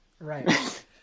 right